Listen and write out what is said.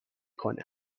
کنم